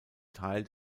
teil